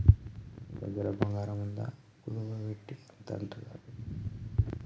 నీ దగ్గర బంగారముందా, కుదువవెడ్తే ఎంతంటంత అప్పిత్తరు